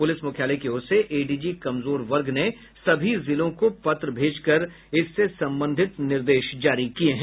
police मुख्यालय की ओर से एडीजी कमजोर वर्ग ने सभी जिलों को पत्र भेज कर निर्देश जारी कर दिये हैं